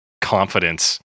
confidence